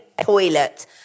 toilet